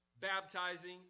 baptizing